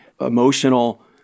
emotional